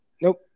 Nope